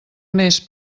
més